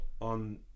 on